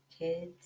Kids